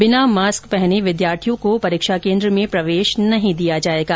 बिना मास्क पहने विद्यार्थियों को परीक्षा केन्द्र में प्रवेश नहीं दिया जाएगा